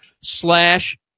slash